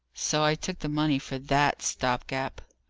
so i took the money for that stop-gap,